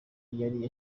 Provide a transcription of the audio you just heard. yari